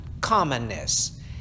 commonness